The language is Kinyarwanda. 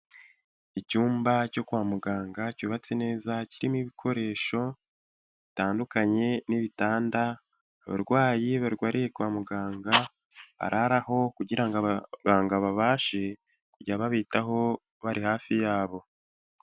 Icyumba cyo kwa muganga cyubatse neza kirimo ibikoresho bitandukanye n'ibitanda, abarwayi barwariye kwa muganga bararaho kugira ngo abaganga babashe kujya babitaho bari hafi yabo.